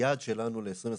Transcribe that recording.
היעד שלנו ל-2022,